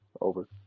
over